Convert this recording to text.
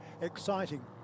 exciting